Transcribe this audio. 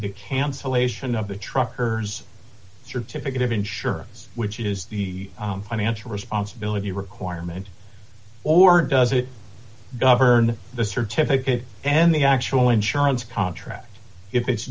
the cancellation of the trucker's certificate of insurance which is the financial responsibility requirement or does it govern the certificate and the actual insurance contract if it's